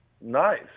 nice